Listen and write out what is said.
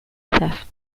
theft